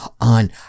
on